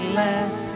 less